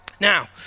Now